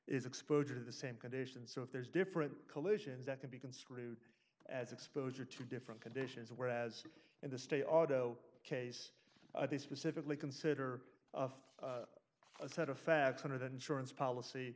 is exposure the same condition so if there's different collisions that can be construed as exposure to different conditions whereas in the state auto case they specifically consider of a set of facts under the insurance policy